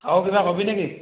আৰু কিবা কবি নেকি